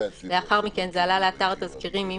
לאחר מכן זה עלה לאתר התזכירים עם